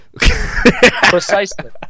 Precisely